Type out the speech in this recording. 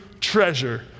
treasure